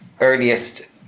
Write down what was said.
earliest